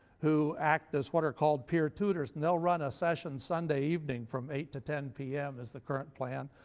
who act as what are called peer tutors, and they'll run a session sunday evening, from eight to ten p m. is the current plan.